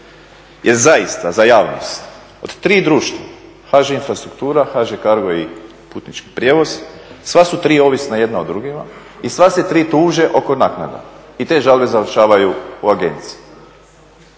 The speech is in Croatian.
Jer zaista za javnost, od tri društva HŽ-Infrastruktura, HŽ-Cargo i Putnički prijevoz, sva su tri ovisna jedna o drugima i sva se tri tuže oko naknada i te žalbe završavaju u agenciji,